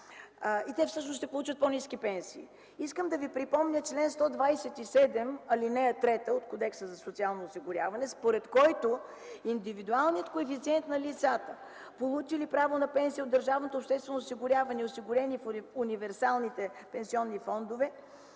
и те всъщност ще получат по-ниски пенсии. В тази връзка искам да ви припомня чл. 127, ал. 3 от Кодекса за социално осигуряване, според който: „Индивидуалният коефициент на лицата, получили право на пенсия от държавното обществено осигуряване и осигурени по универсалните пенсионни фондове,